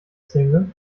single